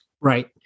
Right